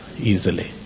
easily